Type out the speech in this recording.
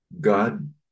God